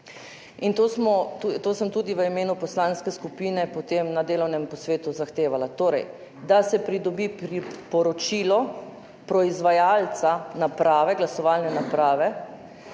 In to sem tudi v imenu poslanske skupine potem na delovnem posvetu zahtevala, torej da se pridobi poročilo proizvajalca glasovalne naprave.